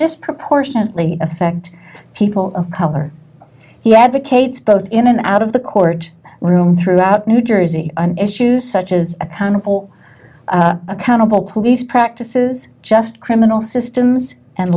disproportionately affect people of color he advocates both in and out of the court room throughout new jersey on issues such as accountable accountable police practices just criminal systems and